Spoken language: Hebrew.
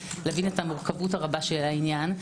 להבין את המורכבות הרבה של העניין.